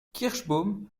kirschbaum